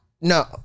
No